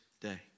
day